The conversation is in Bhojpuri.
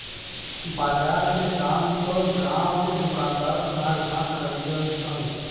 बजार के दाम पर गांव के दुकानदार अनाज ना खरीद सन